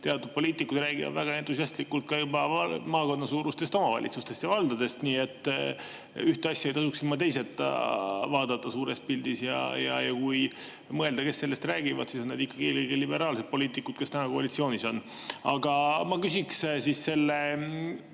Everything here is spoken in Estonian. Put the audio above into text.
teatud poliitikud räägivad väga entusiastlikult juba maakonnasuurustest omavalitsustest ja valdadest, nii et ühte asja ei tasuks ilma teiseta vaadata suures pildis. Ja need, kes sellest räägivad, on ikkagi liberaalsed poliitikud, kes täna koalitsioonis on. Aga ma küsiksin selle